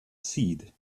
seed